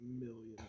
million